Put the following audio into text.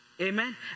Amen